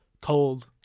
cold